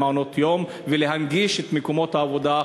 מעונות יום ולהנגיש את מקומות העבודה,